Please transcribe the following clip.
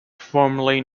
formerly